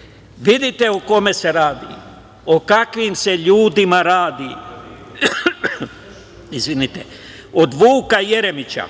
citat. Vidite o kome se radi, o kakvim se ljudima radi. Od Vuka Jeremića